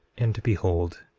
and behold,